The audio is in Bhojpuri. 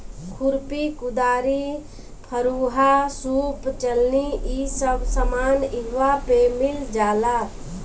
खुरपी, कुदारी, फरूहा, सूप चलनी इ सब सामान इहवा पे मिल जाला